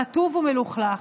רטוב ומלוכלך?